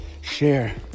Share